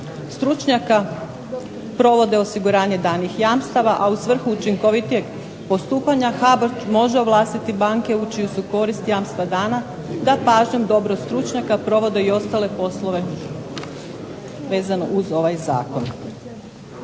stručnjaka provode osiguranja danih jamstava, a u svrhu učinkovitijeg postupanja HBOR može ovlastiti banke u čiju su korist jamstva dana da pažnjom dobrog stručnjaka provode i ostale poslove vezano uz ovaj zakon.